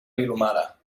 vilomara